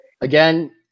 again